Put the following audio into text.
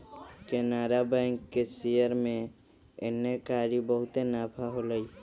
Canara Bank के share में एन्नेकारी बहुते नफा होलई